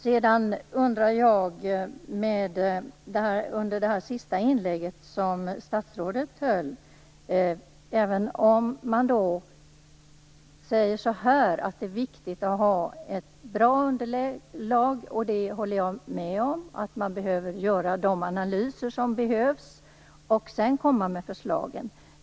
Sedan har jag en fråga när det gäller det sista inlägget som statsrådet höll. Man säger att det är viktigt - det håller jag med om - att ha ett bra underlag och att göra de analyser som behövs innan man kommer med förslag.